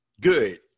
Good